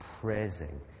praising